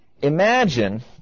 Imagine